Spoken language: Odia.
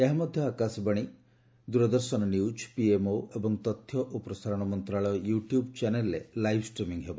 ଏହା ମଧ୍ୟ ଆକାଶବାଣୀ ଡିଡି ନ୍ୟୁଜ୍ ପିଏମ୍ଓ ଏବଂ ତଥ୍ୟ ଓ ପ୍ରସାରଣ ମନ୍ତ୍ରଣାଳୟ ୟୁଟ୍ୟୁବ୍ ଚ୍ୟାନେଲ୍ରେ ଲାଇଭ୍ ଷ୍ଟ୍ରିମିଂ ହେବ